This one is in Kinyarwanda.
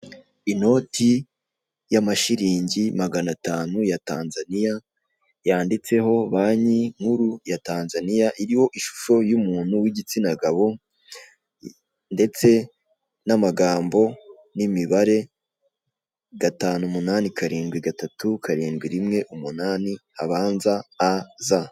Inoti y'amashiringi magana atanu ya Tanzania, yanditseho banki nkuru ya Tanzania, iriho ishusho y'umuntu w'igitsina gabo, ndetse n'amagambo n'imibare gatanu, umunani, karindwi, gatatu, karindwi, rimwe, umunani, abanza, A Z.